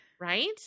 right